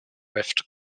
rift